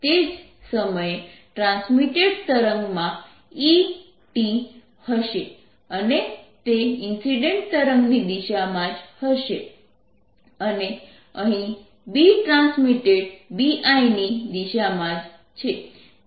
તે જ સમયે ટ્રાન્સમીટેડ તરંગમાં ET E ટ્રાન્સમીટેડ હશે અને તે ઇન્સિડેન્ટ તરંગની દિશામાં જ હશે અને અહીં BT B ટ્રાન્સમીટેડ BI ની દિશામાં જ છે